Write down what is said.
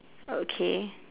okay